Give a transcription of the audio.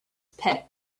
pet